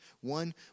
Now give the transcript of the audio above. One